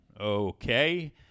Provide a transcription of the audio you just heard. Okay